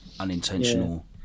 Unintentional